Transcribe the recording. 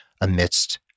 amidst